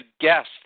guest